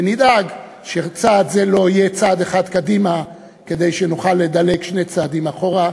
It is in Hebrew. ונדאג שצעד זה לא יהיה צעד אחד קדימה כדי שנוכל לדלג שני צעדים אחורה,